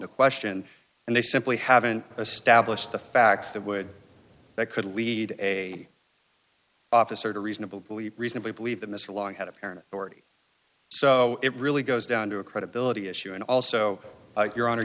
to question and they simply haven't established the facts that would that could lead a officer to reasonable believe reasonably believe that mr long had a parent already so it really goes down to a credibility issue and also your honor